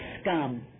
scum